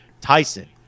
Tyson